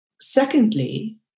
Secondly